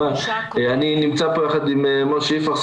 אני נמצא כאן יחד עם משה יפרח,